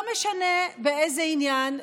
לא משנה באיזה עניין,